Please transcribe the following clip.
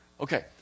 Okay